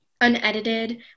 unedited